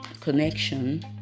connection